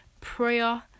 Prayer